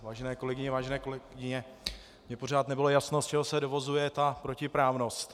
Vážené kolegyně, vážení kolegové, mně pořád nebylo jasno, z čeho se dovozuje ta protiprávnost.